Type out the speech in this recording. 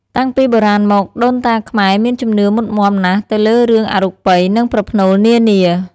តាំងពីបុរាណមក ដូនតាខ្មែរមានជំនឿមុតមាំណាស់ទៅលើរឿងអរូបិយ និងប្រផ្នូលនានា។